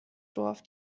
dorf